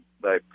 Bye